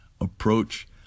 approach